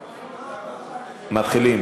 מתחילים.